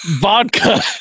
Vodka